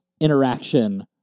interaction